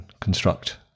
construct